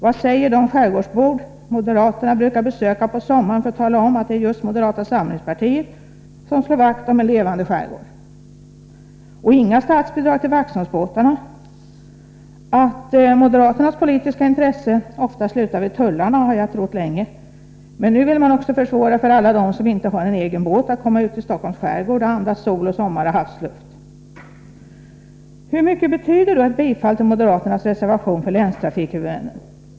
Vad säger de skärgårdsbor som moderaterna brukar besöka på sommaren för att tala om att det är just moderata samlingspartiet som slår vakt om en levande skärgård? Och inga statsbidrag till Vaxholmsbåtarna. Att moderaternas politiska intresse ofta slutar vid tullarna har jag trott länge, men nu vill man också försvåra för alla dem som inte har egen båt att komma ut till Stockholms skärgård och andas sol, sommar och havsluft. Hur mycket betyder då ett bifall till moderaternas reservation för länstrafikhuvudmännen?